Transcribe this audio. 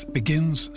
begins